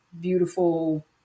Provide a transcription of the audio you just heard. beautiful